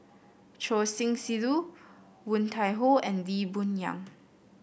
Choor Singh Sidhu Woon Tai Ho and Lee Boon Yang